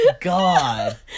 God